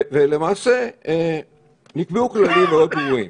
ולמעשה, נקבעו כללים מאוד ברורים.